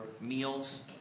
meals